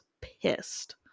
pissed